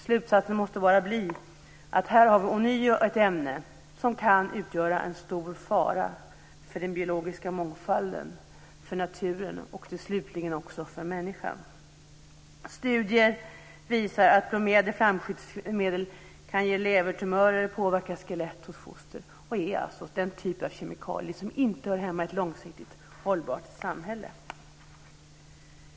Slutsatsen måste bara bli att vi här ånyo har ett ämne som kan utgöra en stora fara för den biologiska mångfalden i naturen och slutligen också för människan. Studier visar att bromerade flamskyddsmedel kan ge levertumörer och påverka skelett hos foster. Det är den typ av kemikalier som inte hör hemma i ett långsiktigt hållbart samhälle.